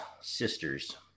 sisters